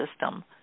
system